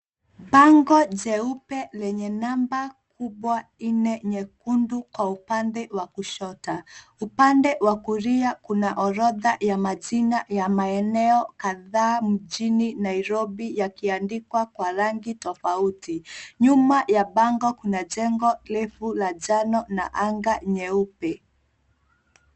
Bango jeupe lenye namba kubwa nne nyekundu kwa upande wa kushoto . Upande wa kulia kuna orodha ya majina ya maeneo kadhaa mjini Nairobi yakiandikwa kwa rangi tofauti . Nyuma ya bango kuna jengo refu la njano na anga nyeupe.